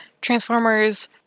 Transformers